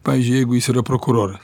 pavyzdžiui jeigu jis yra prokuroras